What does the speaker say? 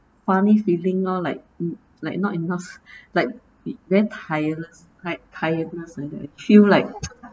funny feeling lor like like not enough like then tires like tiredness like that feel like